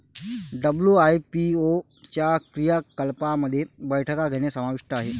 WIPO च्या क्रियाकलापांमध्ये बैठका घेणे समाविष्ट आहे